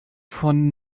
von